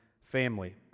family